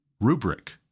rubric